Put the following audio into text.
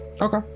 Okay